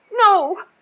No